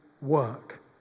work